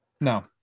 No